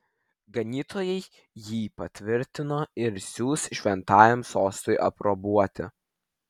ganytojai jį patvirtino ir siųs šventajam sostui aprobuoti